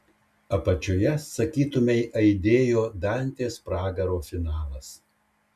apačioje sakytumei aidėjo dantės pragaro finalas